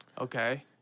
Okay